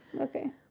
Okay